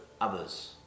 others